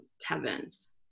taverns